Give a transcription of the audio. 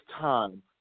time